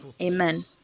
Amen